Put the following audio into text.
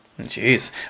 jeez